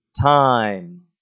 time